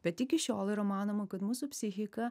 bet iki šiol yra manoma kad mūsų psichika